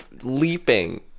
leaping